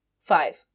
five